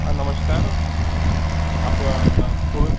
हां नमस्कार आपण कोण